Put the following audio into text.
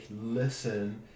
listen